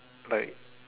like